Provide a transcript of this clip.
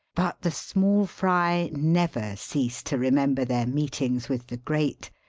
but the small fry never cease to remember their meetings with the great,